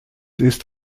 ist